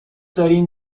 داریم